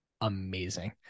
amazing